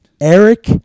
Eric